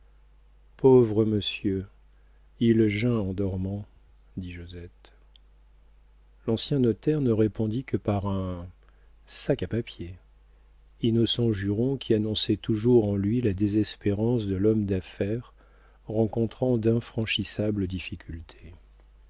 pauvre monsieur il geint en dormant dit josette l'ancien notaire ne répondit que par un sac à papier innocent juron qui annonçait toujours en lui la désespérance de l'homme d'affaires rencontrant d'infranchissables difficultés